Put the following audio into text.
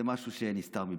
זה משהו שנסתר מבינתי.